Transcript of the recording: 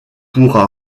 pourra